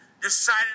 decided